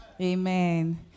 amen